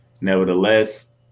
Nevertheless